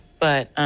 but